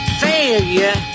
failure